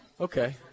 Okay